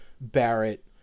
Barrett